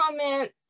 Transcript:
comment